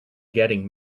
getting